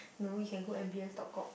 no we can go m_b_s talk cock